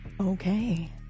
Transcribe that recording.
Okay